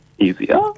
easier